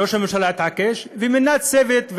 ראש הממשלה התעקש ומינה צוות,